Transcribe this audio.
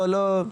לא,